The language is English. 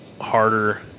harder